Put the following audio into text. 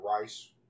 rice